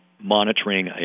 monitoring